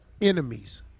enemies